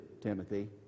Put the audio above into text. Timothy